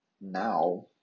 now